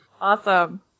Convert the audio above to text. Awesome